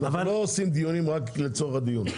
אנחנו לא עושים דיונים רק לצורך הדיון.